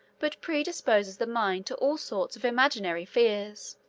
but predisposes the mind to all sorts of imaginary fears.